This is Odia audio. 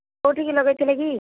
କେଉଁଠିକୁ ଲଗେଇ ଥିଲେ କି